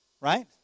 Right